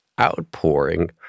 outpouring